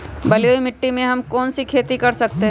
बलुई मिट्टी में हम कौन कौन सी खेती कर सकते हैँ?